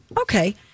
Okay